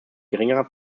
geringerer